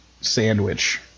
sandwich